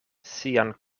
sian